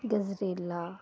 ਗਜਰੇਲਾ